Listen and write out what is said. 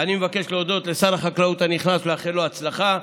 אני מבקש להודות לשר החקלאות הנכנס ולאחל לו הצלחה,